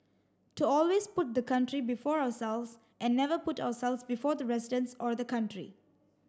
to always put the country before ourselves and never put ourselves before the residents or the country